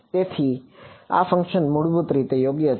તેથી આ ફંકશન મૂળભૂત રીતે યોગ્ય છે